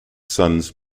sons